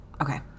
Okay